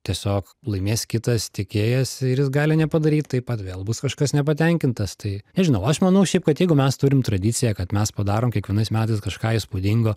tiesiog laimės kitas tiekėjas ir jis gali nepadaryt taip pat vėl bus kažkas nepatenkintas tai nežinau aš manau šiaip kad jeigu mes turim tradiciją kad mes padarom kiekvienais metais kažką įspūdingo